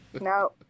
No